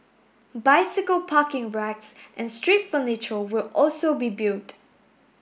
bicycle parking racks and street furniture will also be built